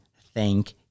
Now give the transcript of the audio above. thank